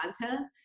content